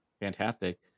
fantastic